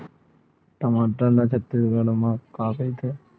टमाटर ला छत्तीसगढ़ी मा का कइथे?